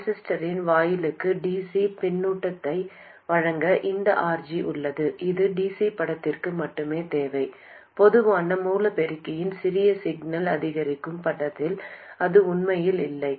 டிரான்சிஸ்டரின் வாயிலுக்கு dc பின்னூட்டத்தை வழங்க இந்த RG உள்ளது இது dc படத்திற்கு மட்டுமே தேவை பொதுவான மூல பெருக்கியின் சிறிய சிக்னல் அதிகரிக்கும் படத்தில் அது உண்மையில் இல்லை